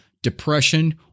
depression